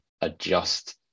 adjust